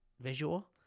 visual